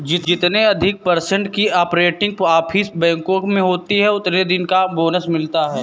जितने अधिक पर्सेन्ट की ऑपरेटिंग प्रॉफिट बैंकों को होती हैं उतने दिन का बोनस मिलता हैं